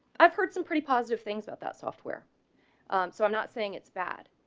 i've heard some pretty positive things about that software. um so i'm not saying it's bad.